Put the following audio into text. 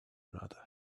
another